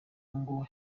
ngo